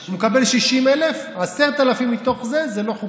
הוא מקבל 60,000, 10,000 מתוך זה, זה לא חוקי.